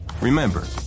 Remember